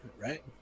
right